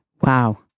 Wow